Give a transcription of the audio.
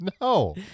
No